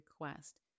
request